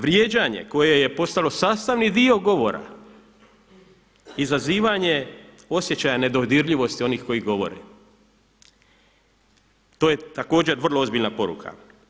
Vrijeđanje koje je postalo sastavni dio govora izazivanje osjećaja nedodirljivosti onih koji govore, to je također vrlo ozbiljna poruka.